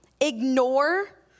ignore